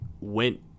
went